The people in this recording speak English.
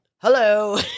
Hello